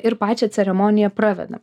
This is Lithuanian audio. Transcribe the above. ir pačią ceremoniją pravedam